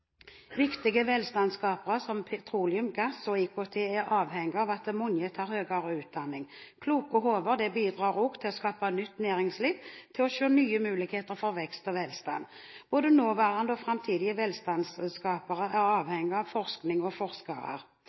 Viktige velstandsskapere som petroleum, gass og IKT er avhengige av at mange tar høyere utdanning. Kloke hoder bidrar også til å skape nytt næringsliv, til å se nye muligheter for vekst og velstand. Både nåværende og framtidige velstandsskapere er avhengig av forskning og